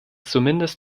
zumindest